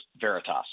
Veritas